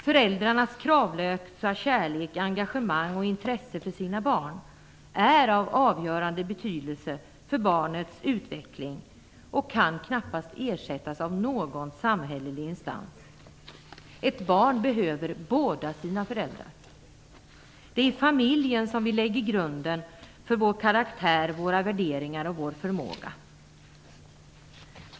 Föräldrarnas kravlösa kärlek, engagemang och intresse för sina barn är av avgörande betydelse för barnets utveckling och kan knappast ersättas av någon samhällelig instans. Ett barn behöver båda sina föräldrar. Det är i familjen som vi lägger grunden för vår karaktär, våra värderingar och vår förmåga.